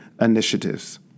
initiatives